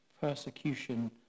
persecution